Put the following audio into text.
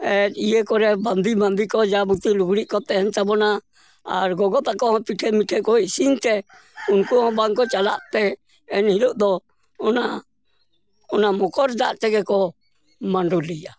ᱮᱫ ᱤᱭᱟᱹ ᱠᱚᱨᱮ ᱵᱟᱱᱫᱤ ᱢᱟᱱᱫᱤ ᱠᱚ ᱡᱟ ᱵᱩᱛᱤ ᱞᱩᱜᱽᱲᱤᱜ ᱠᱚ ᱛᱟᱦᱮᱱ ᱛᱟᱵᱚᱱᱟ ᱟᱨ ᱜᱚᱜᱚᱛᱟᱠᱚ ᱦᱚᱸ ᱯᱤᱴᱷᱟᱹ ᱢᱤᱫᱴᱮᱡ ᱠᱚ ᱤᱥᱤᱱᱛᱮ ᱩᱱᱠᱩ ᱦᱚᱸ ᱵᱟᱝᱠᱚ ᱪᱟᱞᱟᱜ ᱛᱮ ᱮᱱᱦᱤᱞᱳᱜ ᱫᱚ ᱚᱱᱟ ᱢᱚᱠᱚᱨ ᱫᱟᱜ ᱛᱮᱜᱮᱠᱚ ᱢᱟᱹᱰᱚᱞᱤᱭᱟ